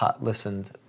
listened